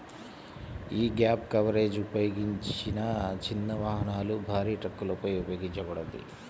యీ gap coverage ఉపయోగించిన చిన్న వాహనాలు, భారీ ట్రక్కులపై ఉపయోగించబడతది